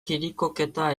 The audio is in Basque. kirikoketa